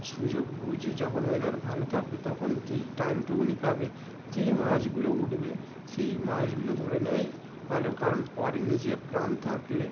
সুযোগ বুঝে যখন ওয়েদার ভালো থাকবে তখন যেই টাইম টুকু পাবে যেই মাছগুলো উঠবে সেই মাছগুলো ধরে নেওয়াই ভালো কারণ পরে নিজে প্রাণ থাকলে